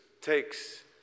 takes